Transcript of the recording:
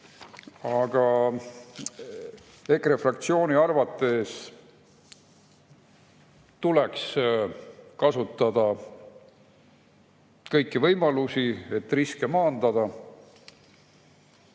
Aga EKRE fraktsiooni arvates tuleks kasutada kõiki võimalusi, et riske maandada.